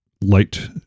Light